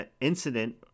incident